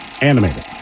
animated